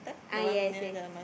ah yes yes